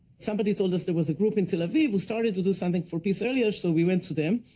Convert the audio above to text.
somebody told us there was a group in tel aviv who started to do something for peace earlier, so we went to them,